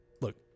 Look